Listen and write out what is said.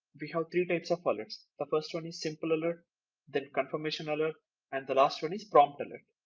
we have three types of alerts. the first one is simple alert then confirmation alert and the last one is prompt alert.